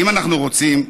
אם אנחנו רוצים,